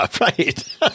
right